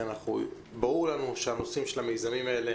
ברור לנו שהנושאים של המיזמים האלה,